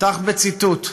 אפתח בציטוט: